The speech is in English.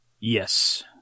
Yes